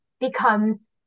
becomes